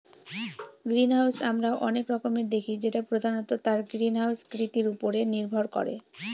greenhouse আমরা অনেক রকমের দেখি যেটা প্রধানত তার গ্রিনহাউস কৃতির উপরে নির্ভর করে